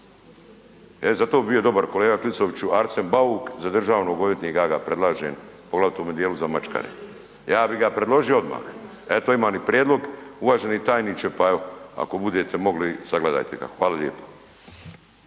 zato bi bio dobar kolega Klisoviću Arsen Bauk za državnog odvjetnika, ja ga predlažem, poglavito u ovom dijelu za mačkare, ja bi ga predložio odmah, eto imam i prijedlog uvaženi tajniče, pa evo ako budete mogli sagledajte ga. Hvala lijepo.